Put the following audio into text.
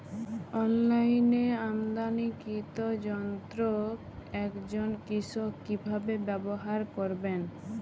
অনলাইনে আমদানীকৃত যন্ত্র একজন কৃষক কিভাবে ব্যবহার করবেন?